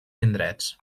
indrets